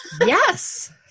Yes